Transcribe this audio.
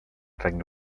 regne